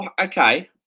Okay